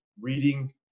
reading